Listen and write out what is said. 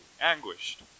anguished